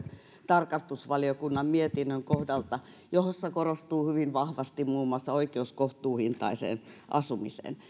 tarkastusvaliokunnan mietinnön kohdalta jossa korostuu hyvin vahvasti muun muassa oikeus kohtuuhintaiseen asumiseen